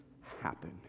happen